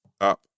up